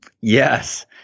Yes